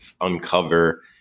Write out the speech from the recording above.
uncover